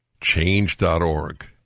Change.org